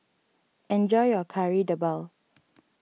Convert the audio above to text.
enjoy your Kari Debal